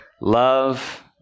Love